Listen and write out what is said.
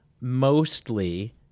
mostly